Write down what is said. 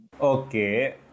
Okay